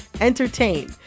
entertain